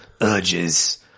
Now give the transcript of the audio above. urges